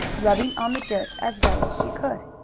rubbing on the dirt as well as she could.